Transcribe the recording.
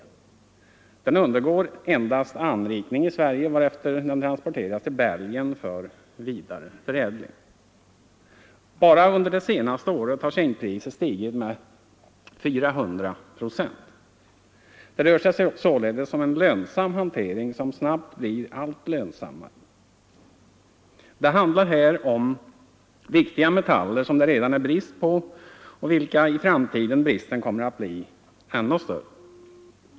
Denna malm undergår endast anrikning i Sverige, varefter den transporteras till Belgien för vidare förädling. Bara under det senaste året har zinkpriset stigit med 400 procent. Det rör sig således om en lönsam hantering, som snabbt blir allt lönsammare. Det gäller här viktiga metaller som det redan är brist på, och i framtiden kommer bristen att bli ännu större.